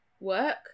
work